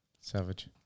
savage